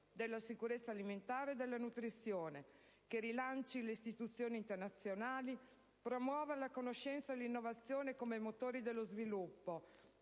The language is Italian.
della sicurezza alimentare e della nutrizione, che rilanci le istituzioni internazionali, promuova la conoscenza e l'innovazione come motori dello sviluppo,